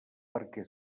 perquè